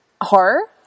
horror